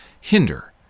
hinder